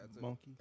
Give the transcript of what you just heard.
Monkey